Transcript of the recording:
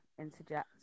interject